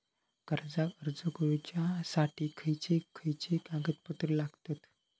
कर्जाक अर्ज करुच्यासाठी खयचे खयचे कागदपत्र लागतत